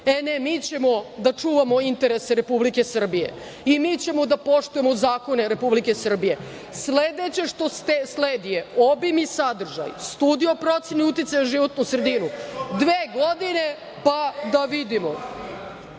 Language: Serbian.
krug. Ne, mi ćemo da čuvamo interese Republike Srbije i mi ćemo da poštujemo zakone Republike Srbije. Sledeće što sledi je obim i sadržaj studije o proceni uticaja na životnu sredinu dve godine, pa da vidimo. Što